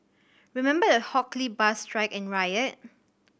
remember the Hock Lee bus strike and riot